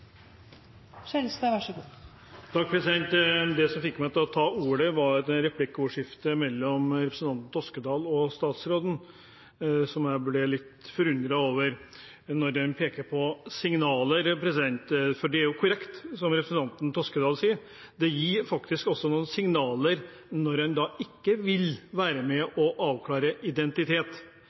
riktig menneske. Så jeg vil bare si at det er mange paradokser her i dag, men de største paradoksene er det høyresiden som står for. Det som fikk meg til å ta ordet, var replikkordskiftet mellom representanten Toskedal og statsråden, som jeg ble litt forundret over da de pekte på signaler. Det er korrekt som representanten Toskedal sier: Det gir faktisk også noen signaler når en ikke vil